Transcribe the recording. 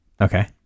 okay